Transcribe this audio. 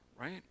right